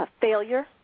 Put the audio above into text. failure